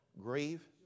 grieve